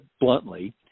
bluntly